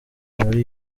muri